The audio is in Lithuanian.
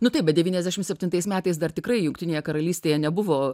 nu taip bet devyniasdešimt septintais metais dar tikrai jungtinėje karalystėje nebuvo